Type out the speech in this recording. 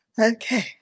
Okay